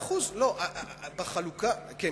לא ז'בוטינסקי ולא מנחם בגין,